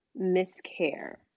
miscare